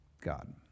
God